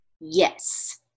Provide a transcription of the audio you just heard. Yes